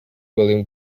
william